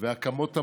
והקמת ממשלות.